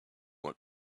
want